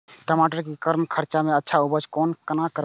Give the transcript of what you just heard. टमाटर के कम खर्चा में अच्छा उपज कोना करबे?